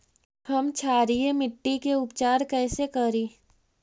हम क्षारीय मिट्टी के उपचार कैसे करी?